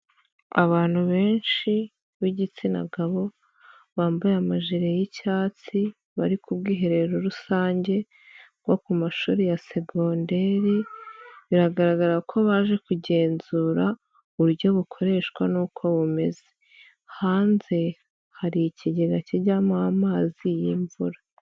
Abantu benshi b'igitsina gabo bambaye amajire y'icyatsi bari ku bwiherero rusange, bwo ku mashuri ya segonderi, biragaragara ko baje kugenzura uburyo bukoreshwa n'uko bumeze. Hanze hari ikigega kijyamo amazi y'imvura.